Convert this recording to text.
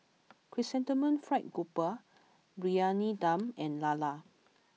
Chrysanthemum Fried grouper Briyani Dum and Lala